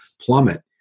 plummet